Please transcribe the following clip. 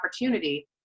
opportunity